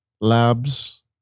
labs